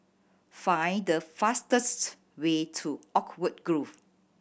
find the fastest way to Oakwood Grove